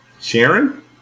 Sharon